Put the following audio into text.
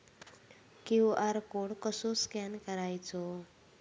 QR code कसो scan करायचो?